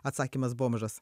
atsakymas bomžas